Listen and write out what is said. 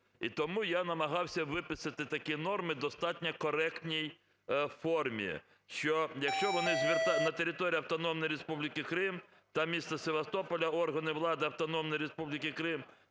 І тому я намагався виписати такі норми в достатньо коректній формі, що якщо вони… "На території Автономної Республіки Крим та міста Севастополя органи влади Автономної Республіки Крим